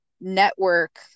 network